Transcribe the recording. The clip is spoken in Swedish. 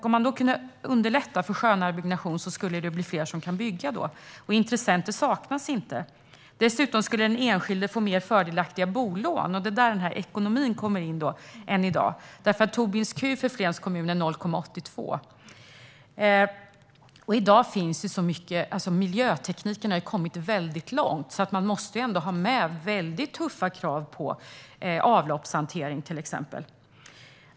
Om man kunde underlätta för sjönära byggnation skulle fler kunna bygga, och det saknas inte intressenter. Dessutom skulle den enskilde få mer fördelaktiga bolån, och det är där som ekonomin kommer in. Tobins q för Flens kommun är 0,82. Miljötekniken har ju kommit väldigt långt i dag, så det måste ändå ställas väldigt tuffa krav på till exempel avloppshantering.